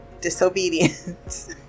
disobedience